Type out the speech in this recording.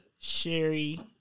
Sherry